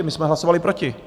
My jsme hlasovali proti.